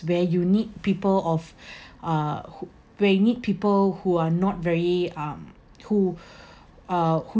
where you need people of uh who where you need people who are not very um who uh who